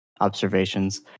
observations